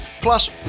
Plus